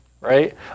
right